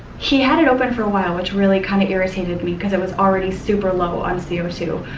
he had it open for a while which really kind of irritated me because it was already super low on c o two.